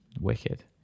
wicked